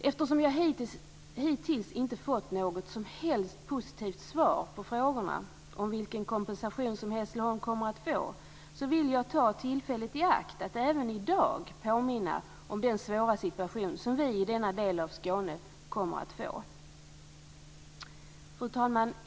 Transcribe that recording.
Eftersom jag hittills inte har fått något som helst positivt svar på frågorna om vilken kompensation Hässleholm kommer att få vill jag ta tillfället i akt och även i dag påminna om den svåra situation som vi i denna del av Skåne kommer att få. Fru talman!